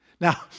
Now